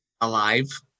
alive